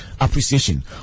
appreciation